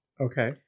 Okay